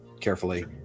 carefully